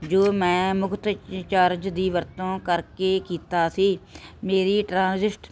ਜੋ ਮੈਂ ਮੁਫ਼ਤ ਚਾਰਜ ਦੀ ਵਰਤੋਂ ਕਰਕੇ ਕੀਤਾ ਸੀ ਮੇਰੀ ਟ੍ਰਾਂਜੈਕਸ਼ਨ